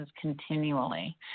continually